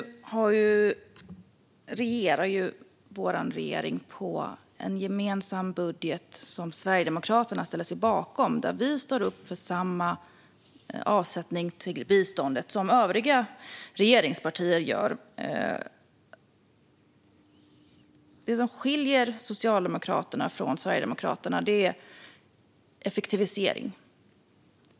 Fru talman! Nu regerar ju vår regering på en gemensam budget som Sverigedemokraterna ställer sig bakom och där vi står upp för samma avsättning till biståndet som övriga regeringspartier gör. Det som skiljer Socialdemokraterna från Sverigedemokraterna är effektivisering.